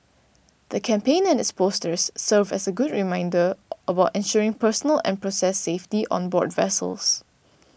the campaign and its posters serve as good reminders about ensuring personal and process safety on board vessels